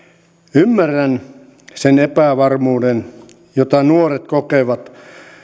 ymmärrän sen epävarmuuden jota nuoret kokevat